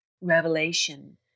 Revelation